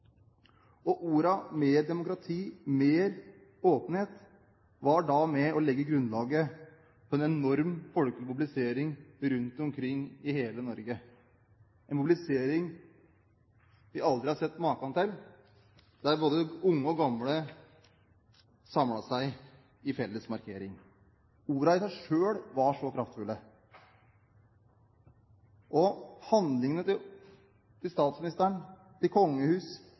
demokrati, mer åpenhet» var med å legge grunnlaget for en enorm mobilisering av folk rundt omkring i hele Norge, en mobilisering vi aldri har sett maken til, der både unge og gamle samlet seg i en felles markering. Ordene i seg selv var kraftfulle. Handlingene til statsministeren, kongehus